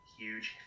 huge